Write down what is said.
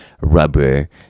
rubber